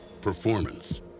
performance